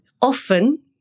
often